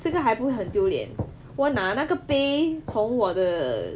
这个还不会很丢脸我拿那个杯从我的